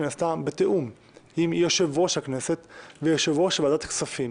נעשתה בתיאום עם יושב-ראש ועדת הכנסת ויושב-ראש ועדת הכספים.